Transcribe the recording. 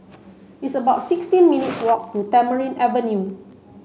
it's about sixty minutes' walk to Tamarind Avenue